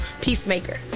peacemaker